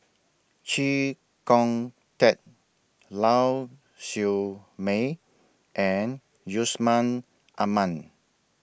Chee Kong Tet Lau Siew Mei and Yusman Aman